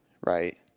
right